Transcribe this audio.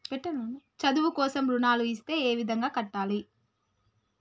చదువు కోసం రుణాలు ఇస్తే ఏ విధంగా కట్టాలి?